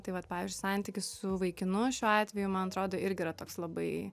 tai vat pavyzdžiui santykis su vaikinu šiuo atveju man atrodo irgi yra toks labai